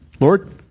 Lord